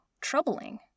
troubling